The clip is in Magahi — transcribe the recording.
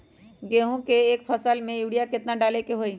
गेंहू के एक फसल में यूरिया केतना डाले के होई?